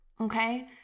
okay